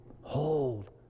Hold